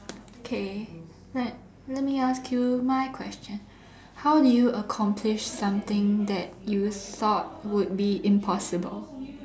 okay let let me ask you my question how do you accomplish something that you thought would be impossible